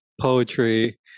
poetry